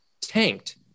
tanked